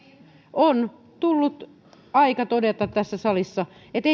on tullut aika todeta tässä salissa että